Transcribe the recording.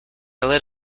lit